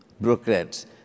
bureaucrats